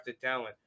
talent